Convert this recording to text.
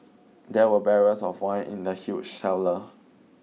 there were barrels of wine in the huge cellar